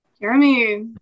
Jeremy